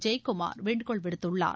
ஜெயக்குமார் வேண்டுகோள் விடுத்துள்ளார்